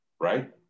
Right